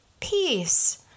peace